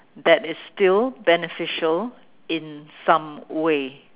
that is still beneficial in some way